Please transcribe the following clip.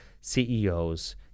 CEOs